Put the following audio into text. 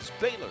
Baylor